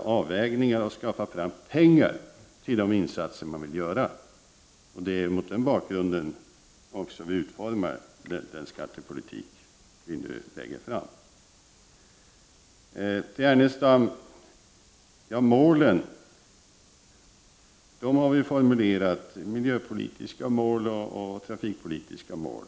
avvägningar och skaffa fram pengar till de insatser man vill göra. Det är mot den bakgrunden vi utformar den skattepolitik vi nu lägger fram. Till Lars Ernestam vill jag säga följande. Vi har formulerat miljöpolitiska och trafikpolitiska mål.